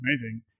Amazing